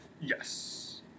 Yes